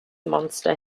monster